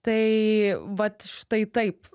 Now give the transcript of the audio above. tai vat štai taip